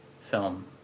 film